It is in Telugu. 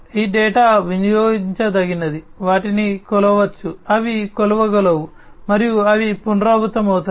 ఈ డేటా వినియోగించదగినది వాటిని కొలవవచ్చు అవి కొలవగలవు మరియు అవి పునరావృతమవుతాయి